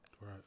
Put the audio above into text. Right